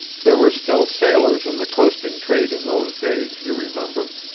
there were still sailors in the coasting trade in those days, you remember.